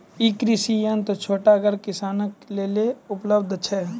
ई कृषि यंत्र छोटगर किसानक लेल उपलव्ध छै?